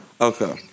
Okay